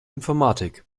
informatik